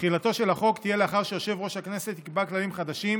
תחילתו של החוק תהיה לאחר שיושב-ראש הכנסת יקבע כללים חדשים